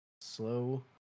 slow